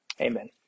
Amen